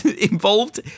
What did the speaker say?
involved